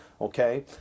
Okay